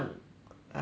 ah so